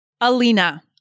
Alina